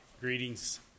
Greetings